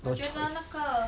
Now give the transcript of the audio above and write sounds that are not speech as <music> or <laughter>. <noise>